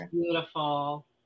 beautiful